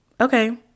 okay